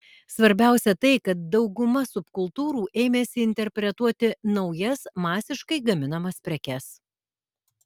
svarbiausia tai kad dauguma subkultūrų ėmėsi interpretuoti naujas masiškai gaminamas prekes